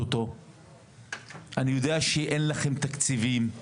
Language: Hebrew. אני יודע שאין לכם תקציבים,